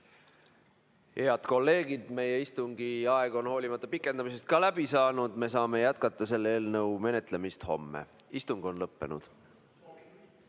Head kolleegid! Meie istungi aeg on hoolimata pikendamisest ka läbi saanud. Me saame jätkata selle eelnõu menetlemist homme. Istung on lõppenud.